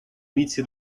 inizi